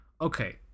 Okay